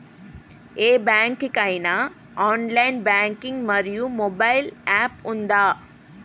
ఏ bank కి ఐనా online banking మరియు మొబైల్ యాప్ ఉందా?